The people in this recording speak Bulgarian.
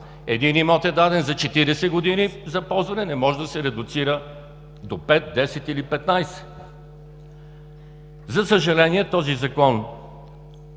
един имот е даден за 40 години за ползване, не може да се редуцира до 5, 10 или 15. За съжаление, този Закон